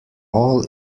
all